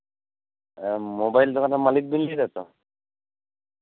mobile ᱫᱚᱠᱟᱱ ᱨᱮᱱ ᱢᱟᱞᱤᱠ ᱵᱮᱱ ᱞᱟᱹᱭ ᱫᱟᱛᱚ